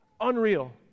Unreal